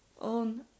on